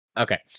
Okay